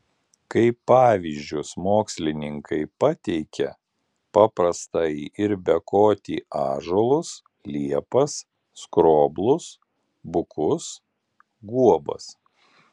kaip pavyzdžius mokslininkai pateikia paprastąjį ir bekotį ąžuolus liepas skroblus bukus guobas